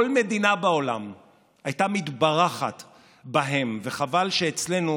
כל מדינה בעולם הייתה מתברכת בהם, וחבל שאצלנו